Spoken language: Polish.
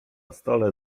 stole